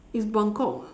it's buangkok